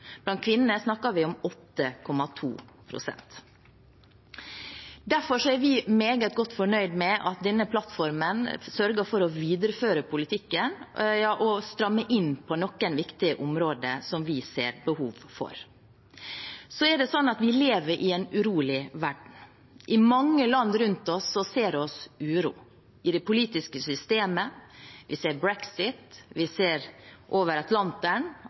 blant kvinnene snakker vi om 8,2 pst. Derfor er vi meget godt fornøyd med at denne plattformen sørger for å videreføre politikken og stramme inn på noen viktige områder som vi ser behov for. Vi lever i en urolig verden. I mange land rundt oss ser vi uro i det politiske systemet, vi ser brexit, og vi ser over